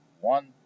One